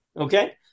Okay